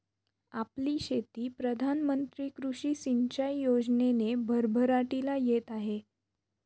आपली शेती प्रधान मंत्री कृषी सिंचाई योजनेने भरभराटीला येत आहे